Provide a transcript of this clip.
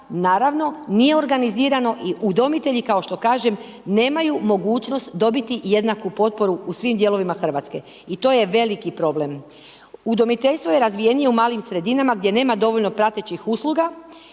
naravno nije organizirano i udomitelji kao što kažem nemaju mogućnost dobiti jednaku potporu u svim dijelovima Hrvatske, i to je veliki problem. Udomiteljstvo je razvijenije u malim sredinama, gdje nema dovoljno pratećih usluga,